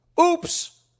Oops